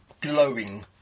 glowing